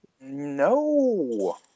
no